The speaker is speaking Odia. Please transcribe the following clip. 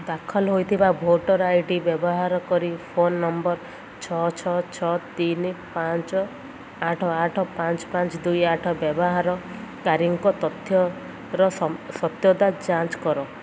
ଦାଖଲ ହୋଇଥିବା ଭୋଟର୍ ଆଇ ଡ଼ି ବ୍ୟବହାର କରି ଫୋନ୍ ନମ୍ବର୍ ଛଅ ଛଅ ଛଅ ତିନି ପାଞ୍ଚ ଆଠ ଆଠ ପାଞ୍ଚ ପାଞ୍ଚ ଦୁଇ ଆଠ ବ୍ୟବହାରକାରୀଙ୍କ ତଥ୍ୟର ସତ୍ୟତା ଯାଞ୍ଚ କର